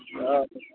ल त